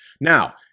Now